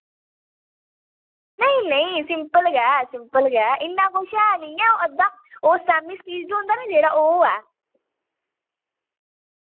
नेईं नेईं सिम्पल गै सिम्पल गै इ'न्ना कुछ है नी ऐ अद्धा ओह् सैमी स्टिचड होंदा नी जेह्ड़ा ओह् ऐ